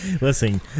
Listen